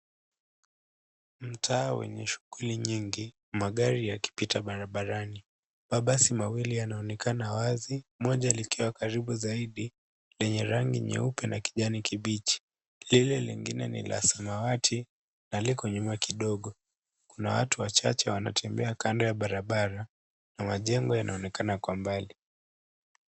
Mtaa wenye shughuli nyingi, magari yakipita barabarani. Mabasi mawili yanaonekana wazi moja likiwa karibu zaidi, lenye rangi nyeupe na kijani kibichi. Hili lingine ni la samawati na liko nyuma kidogo. Kuna watu wachache wanatembea kando ya barabara, na majengo yanaonekana kwa mbali.